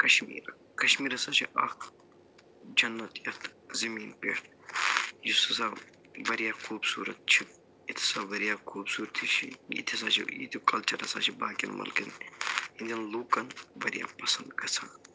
کَشمیٖر کَشمیٖر ہسا چھِ اَکھ جَنت یَتھ زٔمیٖن پٮ۪ٹھ یُس ہسا واریاہ خوٗبصوٗرَت چھِ ییٚتہِ ہسا واریاہ خوٗبصوٗرتی چھِ ییٚتہِ ہسا چھِ یٔتیُک کلچَر ہسا چھِ باقِیَن مُلکَن ہِندٮ۪ن لوٗکَن واریاہ پسنٛد گژھان